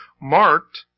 marked